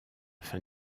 fin